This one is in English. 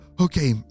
Okay